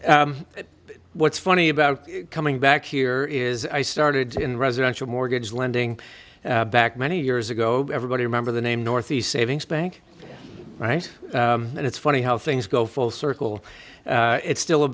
but what's funny about coming back here is i started in residential mortgage lending back many years ago everybody remember the name ne savings bank right and it's funny how things go full circle it's still a